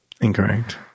Incorrect